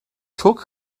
çok